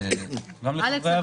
אלכס,